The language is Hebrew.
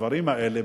בדברים האלה,